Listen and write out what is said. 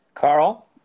Carl